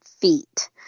feet